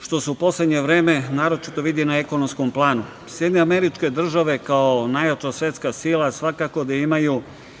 što su u poslednje vreme, naročito vidi na ekonomskom planu. Sjedinjene Američke Države kao najjača svetska sila svakako da imaju